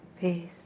peace